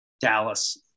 dallas